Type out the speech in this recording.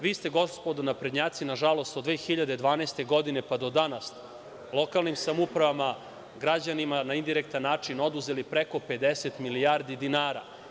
Vi ste gospodo naprednjaci, nažalost, od 2012. godine pa do danas, lokalnim samoupravama, građanima na indirektan način oduzeli preko 50 milijardi dinara.